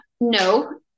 No